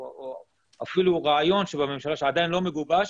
או אפילו רעיון בממשלה שעדיין לא מגובש,